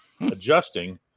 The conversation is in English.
adjusting